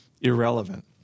Irrelevant